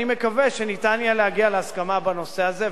אני מקווה שיהיה אפשר להגיע להסכמה בנושא הזה,